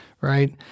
right